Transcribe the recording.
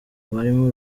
barimo